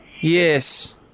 Yes